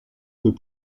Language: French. peut